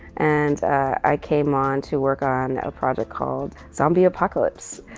and i came on to work on a project called zombie apocalypse.